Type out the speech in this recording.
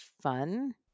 fun